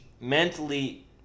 mentally